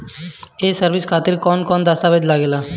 ये सर्विस खातिर कौन कौन दस्तावेज लगी?